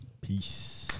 Peace